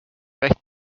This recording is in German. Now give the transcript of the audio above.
recht